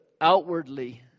Outwardly